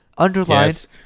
Underlined